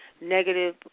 negative